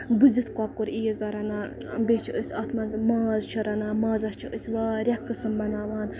بزِتھ کۄکُر عیٖز دۄہ رَنان بیٚیہِ چھِ أسۍ اَتھ منٛز ماز چھ رَنان مازَس چھِ أسۍ واریاہ قٔسٕم بَناوان